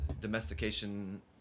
domestication